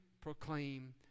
proclaim